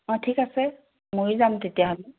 অঁ ঠিক আছে মইয়ো যাম তেতয়াহ'লে